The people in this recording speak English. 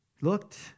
looked